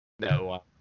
No